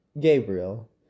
Gabriel